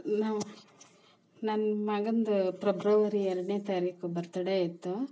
ನಾವು ನನ್ನ ಮಗನ್ದು ಪ್ರೆಬ್ರವರಿ ಎರಡನೇ ತಾರೀಕು ಬರ್ತಡೇ ಇತ್ತು